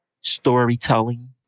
storytelling